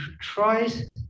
tries